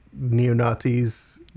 neo-Nazis